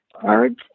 cards